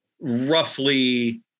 roughly